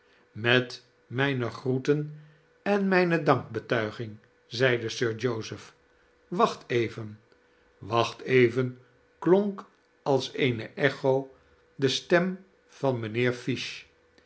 met mijne groeten en mijne dankbetuiging zeide sir joseph wacht even wacht even klonk als eene echo de stem van mijnheer fish